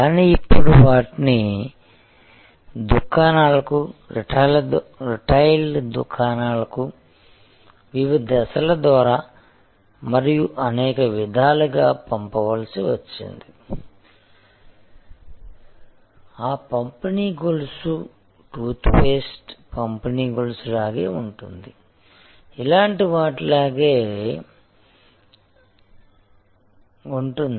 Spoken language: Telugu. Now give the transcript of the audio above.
కానీ ఇప్పుడు వాటిని దుకాణాలకు రిటైల్ దుకాణాలకు వివిధ దశల ద్వారా మరియు అనేక విధాలుగా పంపవలసి వచ్చింది ఆ పంపిణీ గొలుసు టూత్ పేస్ట్ పంపిణీ గొలుసు లాగే ఉంటుంది ఇలాంటి వాటి లాగే ఉంటుంది